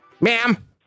ma'am